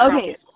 Okay